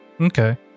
Okay